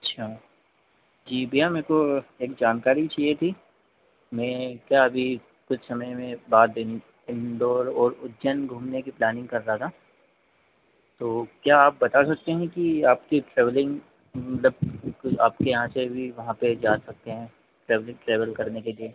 अच्छा जी भैया मुझको एक जानकारी चाहिए थी मैं क्या अभी कुछ समय में बाद इंदौर ओर उज्जैन घूमने की प्लैनिंग कर रहा था तो क्या आप बता सकते हैं कि आपकी ट्रैवलिंग मतलब कुछ आपके यहाँ से भी वहाँ पर जा सकते हैं ट्रैवलिंग ट्रैवल करने के लिए